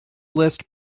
list